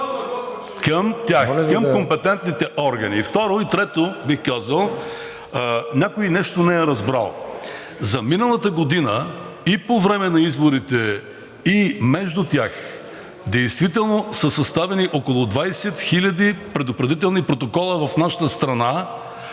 към тях, към компетентните органи. Второ и трето, бих казал, някой нещо не е разбрал. За миналата година и по време на изборите, и между тях действително са съставени около 20 хиляди предупредителни протокола в нашата страна,